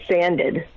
sanded